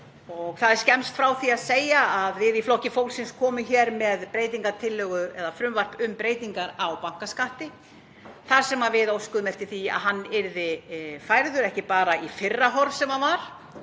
Það er skemmst frá því að segja að við í Flokki fólksins komum hér með frumvarp um breytingar á bankaskatti þar sem við óskuðum eftir því að hann verði færður ekki bara í fyrra horf, sem myndi